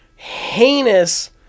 heinous